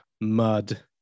mud